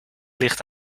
ligt